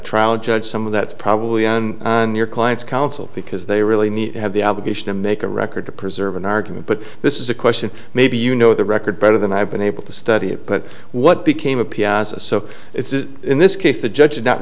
trial judge some of that probably on your client's counsel because they really need to have the obligation to make a record to preserve an argument but this is a question maybe you know the record better than i've been able to study it but what became of piazza so it's in this case the judge